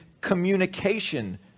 communication